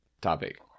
topic